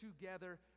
together